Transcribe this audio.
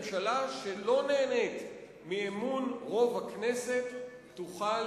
ממשלה שלא נהנית מאמון רוב הכנסת תוכל